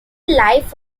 life